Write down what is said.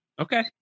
Okay